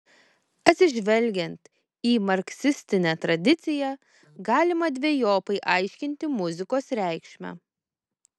atsižvelgiant į marksistinę tradiciją galima dvejopai aiškinti muzikos reikšmę